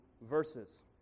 verses